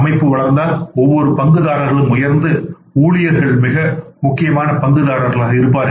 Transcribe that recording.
அமைப்பு வளர்ந்தால் ஒவ்வொரு பங்குதாரர்களும் உயர்ந்து ஊழியர்கள் மிக முக்கியமான பங்குதாரர்களாகஇருப்பார்கள்